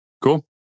Cool